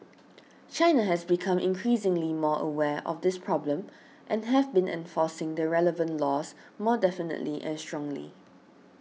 China has become increasingly more aware of this problem and have been enforcing the relevant laws more definitely and strongly